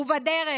ובדרך